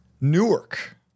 Newark